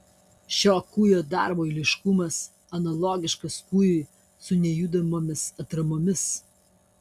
šio kūjo darbo eiliškumas analogiškas kūjui su nejudamomis atramomis